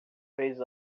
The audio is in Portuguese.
vez